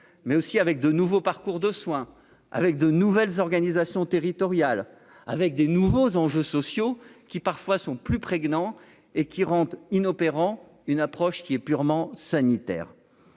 mais aussi avec de nouveaux parcours de soins avec de nouvelles organisations territoriales avec des nouveaux enjeux sociaux qui parfois sont plus prévenant et qui rendent inopérants, une approche qui est purement sanitaire